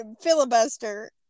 filibuster